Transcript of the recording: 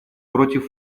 против